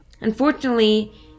Unfortunately